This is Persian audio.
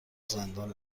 زندان